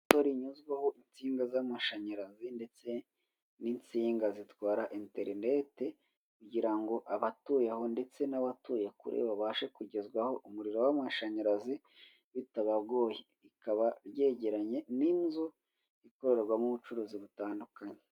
Ipoto rinyuzwaho insinga z'amashanyarazi ndetse n'insinga zitwara interineti, kugira ngo abatuye aho ndetse n'abatuye kure babashe kugezwaho umuriro w'amashanyarazi bitabagoye, rikaba ryegeranye n'inzu ikorerwamo ubucuruzi butandukanye.